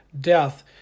death